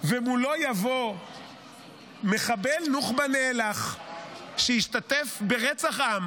ומולו יבוא מחבל נוח'בה נאלח שהשתתף ברצח עם,